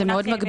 זה מאוד מגביל.